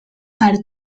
per